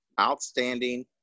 outstanding